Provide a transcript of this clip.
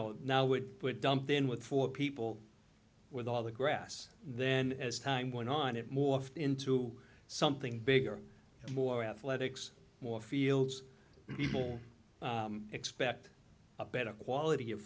know now would put dumped in with four people with all the grass and then as time went on it morphed into something bigger and more athletics more fields people expect a better quality of